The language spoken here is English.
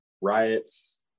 riots